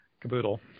caboodle